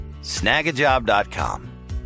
Snagajob.com